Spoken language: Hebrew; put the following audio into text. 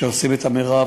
שעושים את המרב.